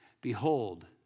behold